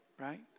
right